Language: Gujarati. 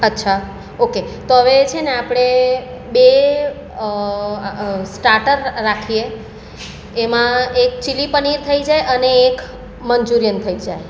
અચ્છા ઓકે તો હવે છે ને આપણે બે સ્ટાટર રાખીએ એમાં એક ચીલી પનીર થઈ જાય અને એક મંચુરિયન થઈ જાય